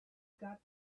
got